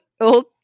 old